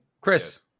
Chris